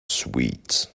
sweet